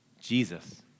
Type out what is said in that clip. Jesus